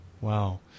Wow